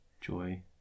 joy